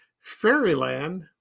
Fairyland